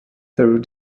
through